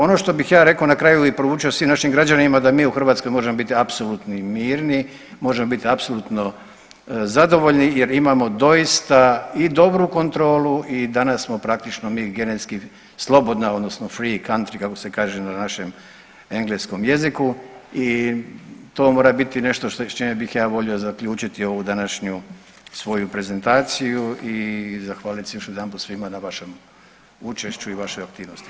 Ono što bih ja rekao na kraju i poručio svim našim građanima da mi u Hrvatskoj možemo biti apsolutno mirni, možemo biti apsolutno zadovoljni jer imamo doista i dobru kontrolu i danas smo praktično mi genetski slobodna odnosno free country kako se kaže na našem engleskom jeziku i to mora biti nešto s čime bih ja volio zaključiti ovu današnju svoju prezentaciju i zahvalit se još jedanput svima na vašem učešću i vašoj aktivnosti.